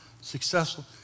successful